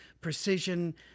precision